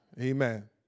Amen